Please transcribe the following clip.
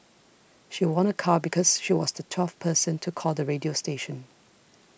she won a car because she was the twelfth person to call the radio station